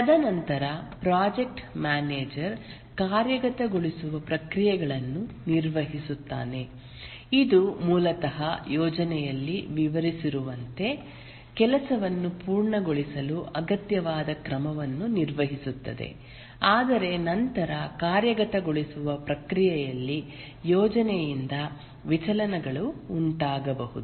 ತದನಂತರ project manager ಕಾರ್ಯಗತಗೊಳಿಸುವ ಪ್ರಕ್ರಿಯೆಗಳನ್ನು ನಿರ್ವಹಿಸುತ್ತಾನೆ ಇದು ಮೂಲತಃ ಯೋಜನೆಯಲ್ಲಿ ವಿವರಿಸಿರುವಂತೆ ಕೆಲಸವನ್ನು ಪೂರ್ಣಗೊಳಿಸಲು ಅಗತ್ಯವಾದ ಕ್ರಮವನ್ನು ನಿರ್ವಹಿಸುತ್ತದೆ ಆದರೆ ನಂತರ ಕಾರ್ಯಗತಗೊಳಿಸುವ ಪ್ರಕ್ರಿಯೆಯಲ್ಲಿ ಯೋಜನೆಯಿಂದ ವಿಚಲನಗಳು ಉಂಟಾಗಬಹುದು